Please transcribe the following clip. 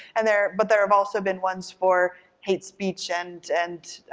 and there, but there have also been ones for hate speech and and